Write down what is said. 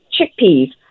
chickpeas